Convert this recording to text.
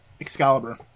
Excalibur